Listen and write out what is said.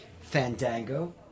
Fandango